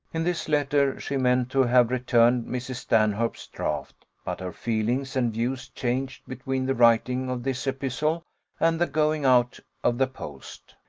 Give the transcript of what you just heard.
in this letter she meant to have returned mrs. stanhope's draught, but her feelings and views changed between the writing of this epistle and the going out of the post.